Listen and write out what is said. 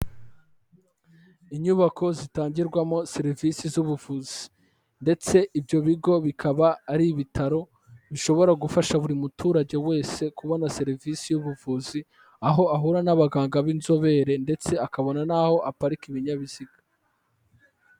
Inyubako zitangirwamo serivisi z'ubuvuzi ndetse ibyo bigo bikaba ari ibitaro bishobora gufasha buri muturage wese kubona serivisi y'ubuvuzi aho ahura n'abaganga b'inzobere ndetse akabona n'aho aparika ibinyabiziga.